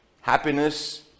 happiness